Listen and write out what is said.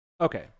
Okay